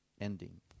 ending